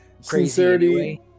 Sincerity